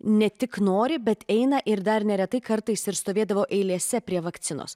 ne tik nori bet eina ir dar neretai kartais ir stovėdavo eilėse prie vakcinos